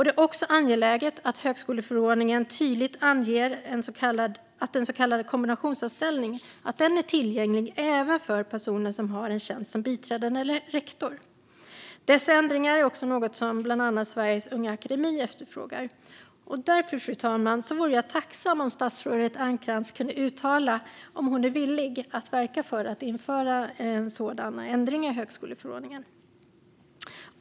Det är också angeläget att högskoleförordningen tydligt anger att en så kallad kombinationsanställning är tillgänglig även för personer som har en tjänst som biträdande lektor. Dessa ändringar är också något som bland andra Sveriges unga akademi efterfrågar. Jag vore därför, fru talman, tacksam om statsrådet Ernkrans kunde uttala om hon är villig att verka för att införa sådana ändringar i högskoleförordningen.